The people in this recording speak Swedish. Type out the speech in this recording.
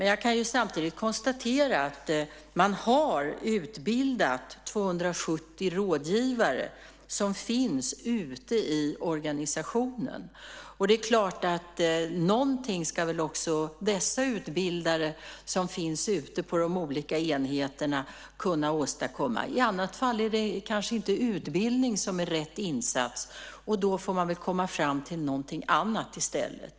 Jag kan samtidigt konstatera att man har utbildat 270 rådgivare som finns ute i organisationen. Och det är klart att de utbildare som finns ute på de olika enheterna också ska kunna åstadkomma någonting. I annat fall är det kanske inte utbildning som är rätt insats, och då får man väl komma fram till någonting annat i stället.